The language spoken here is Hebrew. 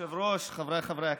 כבוד היושב-ראש, חבריי חברי הכנסת,